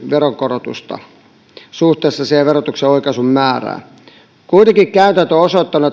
veronkorotusta suhteessa verotuksen oikaisun määrään kuitenkin käytäntö on osoittanut